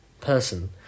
person